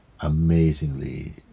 amazingly